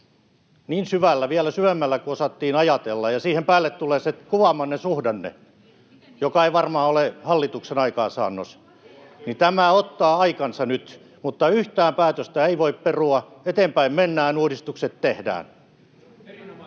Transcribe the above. niin syvällä, vielä syvemmällä kuin osattiin ajatella, ja siihen päälle tulee se kuvaamanne suhdanne, [Annika Saarikko: Miten niin ei osattu ajatella?] joka ei varmaan ole hallituksen aikaansaannos, niin tämä ottaa aikansa nyt. Mutta yhtään päätöstä ei voi perua. Eteenpäin mennään ja uudistukset tehdään.